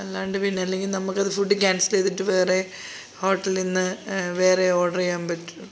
അല്ലാണ്ട് പിന്നെ അല്ലെങ്കിൽ നമുക്ക് അത് ഫുഡ് കാൻസൽ ചെയ്തിട്ട് വേറെ ഹോട്ടലിൽ നിന്ന് വേറെ ഓർഡർ ചെയ്യാൻ പറ്റു